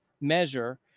measure